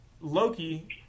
Loki